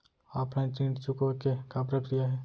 Offline ऋण चुकोय के का प्रक्रिया हे?